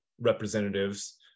representatives